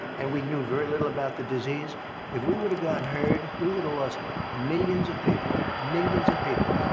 and we knew very little about the disease if we would've gone herd, we would've lost millions of people. millions of people.